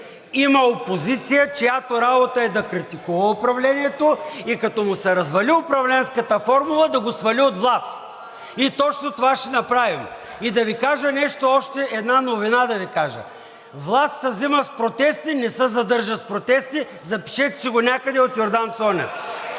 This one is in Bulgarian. Има опозиция, чиято работа е да критикува управлението и като му се развали управленската формула, да го свали от власт. И точно това ще направим. И да Ви кажа нещо още, една новина да Ви кажа. Власт се взима с протести, не се задържа с протести. Запишете си го някъде от Йордан Цонев.